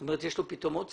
יש לו פתאום עוד סמכות?